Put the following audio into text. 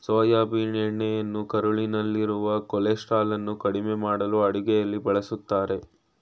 soybean ಎಣ್ಣೆಯನ್ನು ಕರುಳಿನಲ್ಲಿರುವ ಕೊಲೆಸ್ಟ್ರಾಲನ್ನು ಕಡಿಮೆ ಮಾಡಲು ಅಡುಗೆಯಲ್ಲಿ ಬಳ್ಸತ್ತರೆ